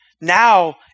now